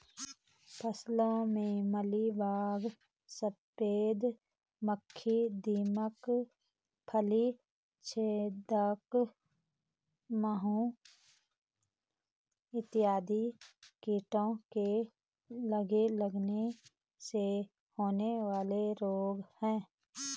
फसलों में मिलीबग, सफेद मक्खी, दीमक, फली छेदक माहू इत्यादि कीटों के लगने से होने वाले रोग हैं